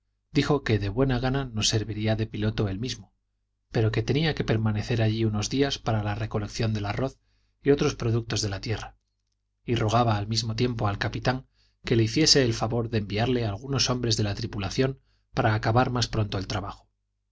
dijo que de buena gana nos serviría de piloto él mismo pero que tenía que permanecer allí unos días para la recolección del arroz y otros productos de la tierra y rogaba al mismo tiempo al capitán que le hiciese el favor de enviarle algunos hombres de la tripulación para acabar más pronto el trabajo